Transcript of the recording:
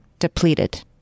depleted